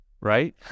right